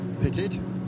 pitted